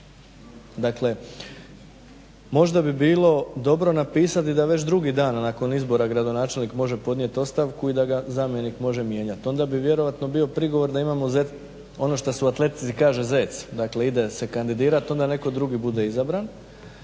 Dakle možda bi bilo dobro napisati da već drugi dan nakon izbora gradonačelnik može podnijeti ostavku i da ga zamjenik može mijenjati, onda bi vjerojatno bio prigovor da imamo ono što se u atletici kaže zec, dakle ide se kandidirati, onda netko drugi bude izabran.